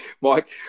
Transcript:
Mike